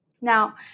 Now